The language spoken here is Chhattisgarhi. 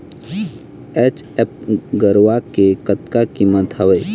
एच.एफ गरवा के कतका कीमत हवए?